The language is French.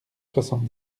soixante